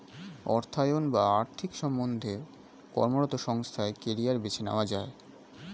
অর্থায়ন বা আর্থিক সম্বন্ধে কর্মরত সংস্থায় কেরিয়ার বেছে নেওয়া যায়